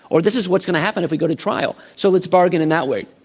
or, this is what's going to happen if we go to trial. so it's bargaining that way.